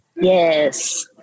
Yes